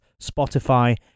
Spotify